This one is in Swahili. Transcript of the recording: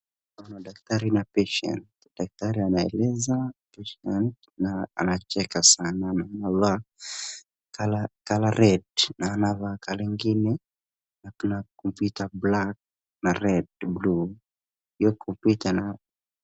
Kuna daktari na patient . Daktari anaeleza, patient na anacheka sana, yaani na, color red na anavaa color ingine na kuna kompyuta black na red, blue . Hiyo kompyuta na.